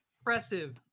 impressive